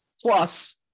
Plus